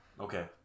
Okay